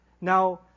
Now